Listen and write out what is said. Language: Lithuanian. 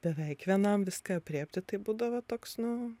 beveik vienam viską aprėpti tai būdavo toks nu